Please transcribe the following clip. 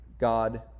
God